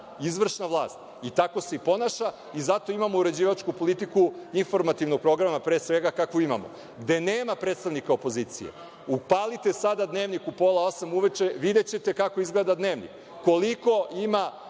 izvršna vlast, i tako se i ponaša i zato imamo uređivačku politiku informativnog programa, pre svega, kakvu imamo, gde nema predstavnika opozicije. Upalite sada dnevnik u pola osam uveče, videćete kako izgleda dnevnik, koliko